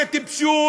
זו טיפשות,